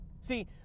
See